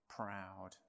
Proud